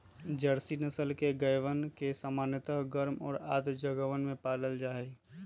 Jersey नस्ल के गायवन के सामान्यतः गर्म और आर्द्र जगहवन में पाल्ल जाहई